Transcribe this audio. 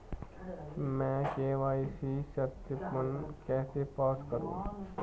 मैं के.वाई.सी सत्यापन कैसे पास करूँ?